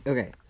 Okay